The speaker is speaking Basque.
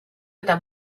eta